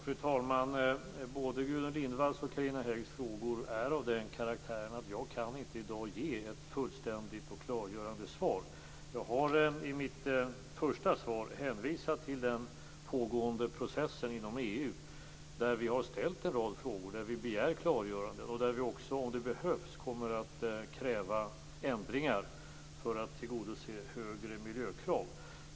Fru talman! Både Gudrun Lindvalls och Carina Häggs frågor är av den karaktären att jag i dag inte kan ge ett fullständigt och klargörande svar. Jag har i mitt första svar hänvisat till den pågående processen inom EU, där vi har ställt en rad frågor. Vi begär klargörande, och vi kommer också, om det behövs, att kräva ändringar för att tillgodose högre miljökrav.